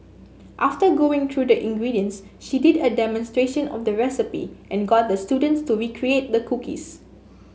after going through the ingredients she did a demonstration of the recipe and got the students to recreate the cookies